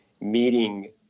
meeting